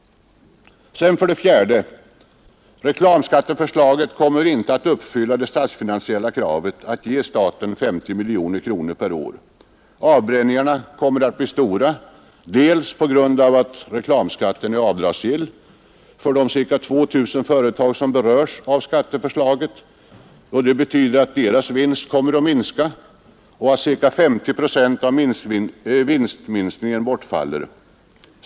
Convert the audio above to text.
4. Reklamskatteförslaget kommer inte att uppfylla det statsfinansiella kravet — att ge staten 50 miljoner kronor per år. Avbränningarna kommer att bli stora. Först och främst är reklamskatten avdragsgill för de ca 2000 företag som berörs av skatteförslaget. Det betyder att deras vinst kommer att minska och att ca 50 procent av vinstminskningen bortfaller.